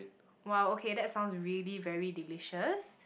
!wow! okay that's was really very delicious